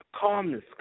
calmness